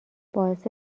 باعث